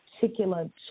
particular